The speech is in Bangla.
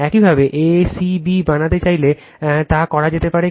একইভাবে a c b বানাতে চাইলে তা করা যেতে পারে